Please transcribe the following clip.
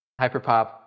Hyperpop